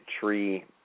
tree